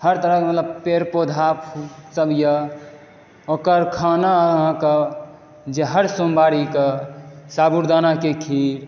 हर तरह के मतलब पेड़ पौधा फूल सब यऽ ओकर खाना अहाँके जे हर सोमवारीके साबूदाना के खीर